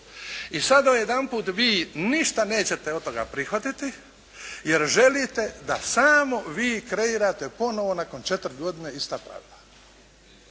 I sada odjedanput vi ništa nećete od toga prihvatiti jer želite da samo vi kreirate ponovo nakon četiri godine ista pravila.